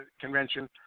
convention